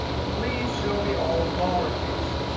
please show me all lowercase.